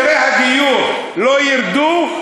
אם מחירי הדיור לא ירדו,